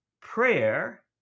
prayer